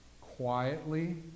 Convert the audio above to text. quietly